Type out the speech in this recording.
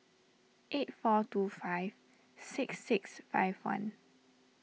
eight four two five six six five one